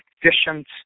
efficient